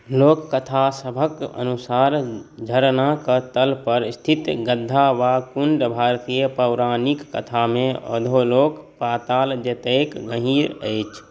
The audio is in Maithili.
लोककथासभक अनुसार झरनाक तल पर स्थित गड्ढा वा कुण्ड भारतीय पौराणिक कथामे अधोलोक पाताल जतेक गहींर अछि